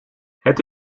het